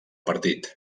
partit